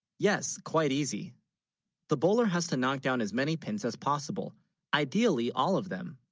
yes quite easy the bowler has to knock down, as many pins as possible ideally all of them